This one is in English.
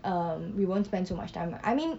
um we won't spend so much time I mean